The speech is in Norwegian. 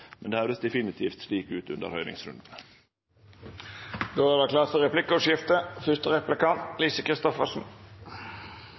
men det høyrdest definitivt slik ut under høyringsrundane. Det vert replikkordskifte.